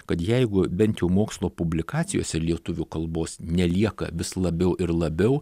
kad jeigu bent jau mokslo publikacijose lietuvių kalbos nelieka vis labiau ir labiau